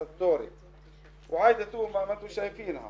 או איזה טיפול נפשי אתם עושים,